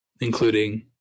including